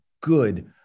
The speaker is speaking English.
good –